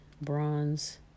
bronze